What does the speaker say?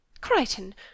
Crichton